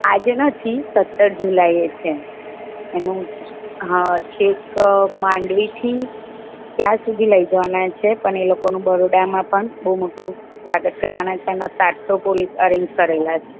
આજે નથી સત્તર જુલાઈએ છે એનું છ હા છેક માંડવીથી કયાં સુધી લઈ જવાના છે પણ એ લોકોનું બરોડામાં પણ બહુ મોટું સ્વાગત કરવાના છે ને સાતસો પોલીસ અરૈંજ કરેલા છે